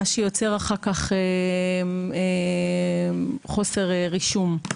מה שיוצר אחר כך חוסר רישום.